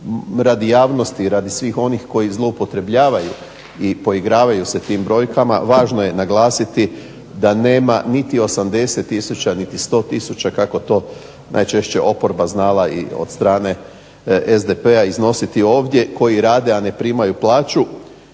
radi javnosti i radi svih onih koji zloupotrebljavaju i poigravaju se tim brojkama, važno je naglasiti da nema niti 80 tisuća niti 100 tisuća kako je to najčešće oporba znala od strane SDP-a iznositi ovdje koji rade, a ne primaju plaću,